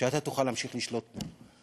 שאתה תוכל להמשיך לשלוט פה.